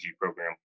program